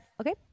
Okay